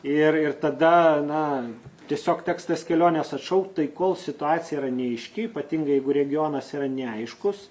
ir ir tada na tiesiog teks tas keliones atšaukt tai kol situacija yra neaiški ypatingai jeigu regionas yra neaiškus